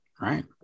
right